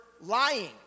lying